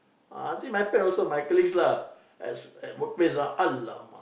ah see my friend also my colleagues lah at work place ah alamak